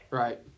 right